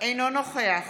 אינו נוכח